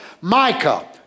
Micah